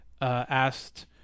asked